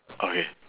okay